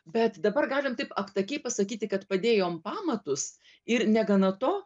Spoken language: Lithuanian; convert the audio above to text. bet dabar galim taip aptakiai pasakyti kad padėjom pamatus ir negana to